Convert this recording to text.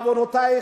בעוונותי,